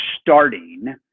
starting